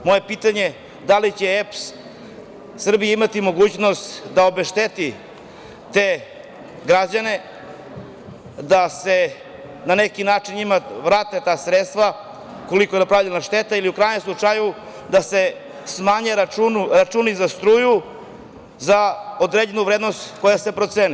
Moje pitanje – da li će EPS imati mogućnost da obešteti te građane da se na neki način njima vrate ta sredstva kolika je napravljena šteta ili u krajnjem slučaju da se smanje računi za struju za određenu vrednost koja se proceni?